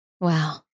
Wow